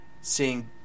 seeing